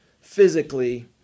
physically